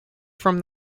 from